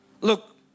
Look